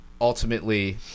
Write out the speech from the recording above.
ultimately